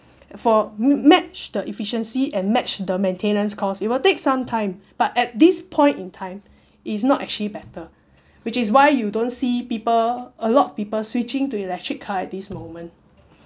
for match the efficiency and match the maintenance cost it will take some time but at this point in time it's not actually better which is why you don't see people a lot people switching to electric car at this moment